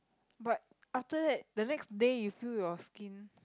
but after that the next day you feel your skin